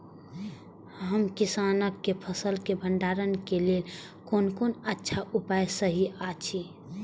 हम किसानके फसल के भंडारण के लेल कोन कोन अच्छा उपाय सहि अछि?